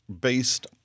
based